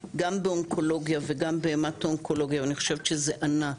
גם באונקולוגיה וגם בהמטואונקולוגיה ואני חושבת שזה ענק.